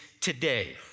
today